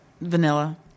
Vanilla